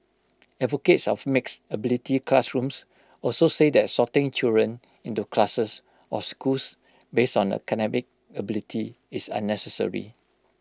advocates of mixed ability classrooms also say that sorting children into classes or schools based on academic ability is unnecessary